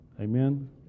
Amen